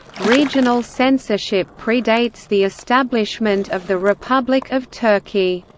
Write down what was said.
regional censorship predates the establishment of the republic of turkey.